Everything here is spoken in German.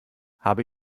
habe